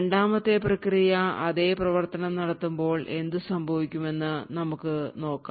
രണ്ടാമത്തെ പ്രക്രിയ അതേ പ്രവർത്തനം നടത്തുമ്പോൾ എന്തുസംഭവിക്കുമെന്ന് ഇപ്പോൾ നോക്കാം